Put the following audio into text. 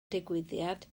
digwyddiad